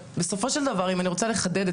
בסופו של דבר אם אני רוצה לחדד,